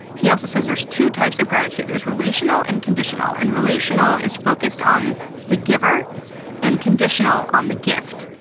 he also says there's two types of gratitude. there's relational and conditional. and relational is focused on the giver and conditional on the gift,